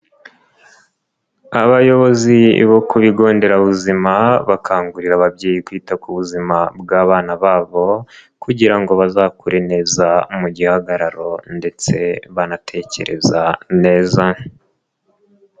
Abayobozi bo ku bigo nderabuzima bakangurira ababyeyi kwita ku buzima bw'abana babo kugira ngo bazakure neza mu gihagararo ndetse banatekereza neza.